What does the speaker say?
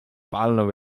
palnął